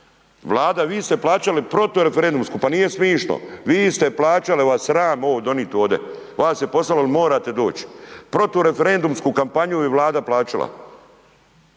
Vlada vi ste plaćali protu referendumsko pa nije smišno, vi ste plaćali jel vas sram ovo donit ovdje. Vas je poslalo jer morate doć, protiv referendumsku kampanju je Vlada plaćala,